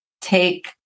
take